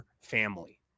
family